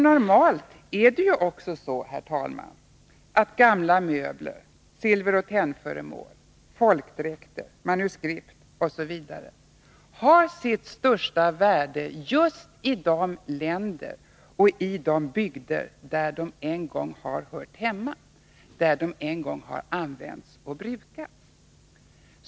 Normalt är det också så, herr talman, att gamla möbler, silveroch tennföremål, folkdräkter, manuskript osv. har sitt största värde just i de länder och de bygder där de en gång har hört hemma, där de en gång har använts och brukats.